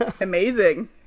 amazing